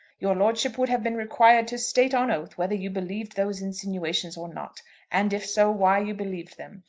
your lordship would have been required to state on oath whether you believed those insinuations or not and, if so, why you believed them.